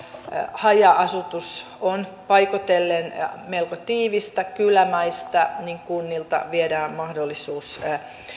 haja asutus on paikoitellen melko tiivistä kylämäistä kunnilta viedään mahdollisuus